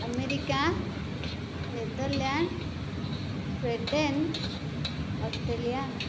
America Netherlands Sweden Australia